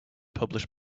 publish